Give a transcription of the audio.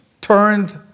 turned